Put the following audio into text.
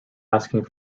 asking